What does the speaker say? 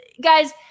Guys